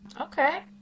Okay